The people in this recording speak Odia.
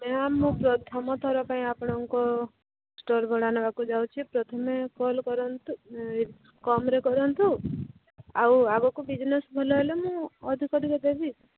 ମ୍ୟାମ୍ ମୁଁ ପ୍ରଥମ ଥର ପାଇଁ ଆପଣଙ୍କ ଷ୍ଟଲ୍ ଭଡ଼ା ନେବାକୁ ଯାଉଛି ପ୍ରଥମେ କଲ୍ କରନ୍ତୁ ଏ କମ୍ରେ କରନ୍ତୁ ଆଉ ଆଗକୁ ବିଜନେସ୍ ଭଲ ହେଲେ ମୁଁ ଅଧିକ ଟିକେ ଦେବି